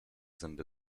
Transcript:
zęby